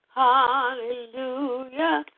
hallelujah